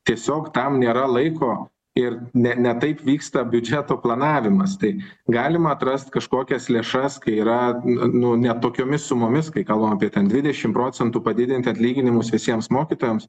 tiesiog tam nėra laiko ir ne ne taip vyksta biudžeto planavimas tai galima atrast kažkokias lėšas kai yra nu ne tokiomis sumomis kai kalbam apie dvidešimt procentų padidint atlyginimus visiems mokytojams